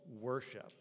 worship